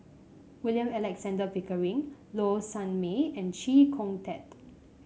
William Alexander Pickering Low Sanmay and Chee Kong Tet